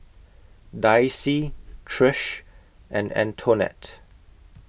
Daisye Trish and Antonette